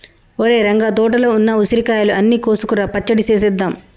ఒరేయ్ రంగ తోటలో ఉన్న ఉసిరికాయలు అన్ని కోసుకురా పచ్చడి సేసేద్దాం